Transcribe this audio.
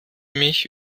mich